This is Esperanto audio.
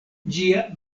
ĝia